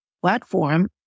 platform